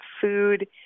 food